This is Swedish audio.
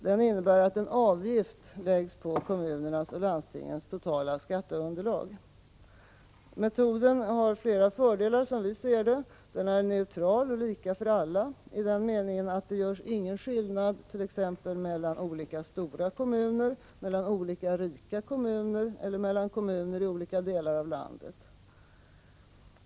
Den innebär att en avgift läggs på kommunernas och landstingens totala skatteunderlag. Metoden har flera fördelar, som vi ser det. Den är neutral och lika för alla i den meningen att ingen skillnad görs t.ex. mellan olika stora kommuner, mellan olika rika kommuner eller mellan kommuner i olika delar av landet.